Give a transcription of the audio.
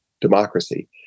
democracy